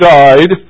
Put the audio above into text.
died